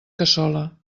cassola